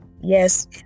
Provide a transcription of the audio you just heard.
Yes